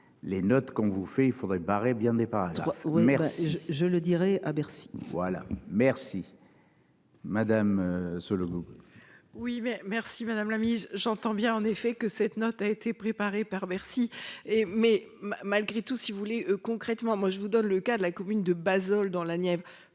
les notes qu'on vous fait il faudrait bien n'est pas trop merci je le dirai à Bercy. Voilà, merci. Madame ce logo. Oui mais. Merci madame la mise. J'entends bien en effet que cette note a été préparée par Bercy et mais malgré tout, si vous voulez, concrètement, moi je vous donne le cas de la commune de base dans la Nièvre.